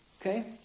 Okay